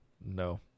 No